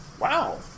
wow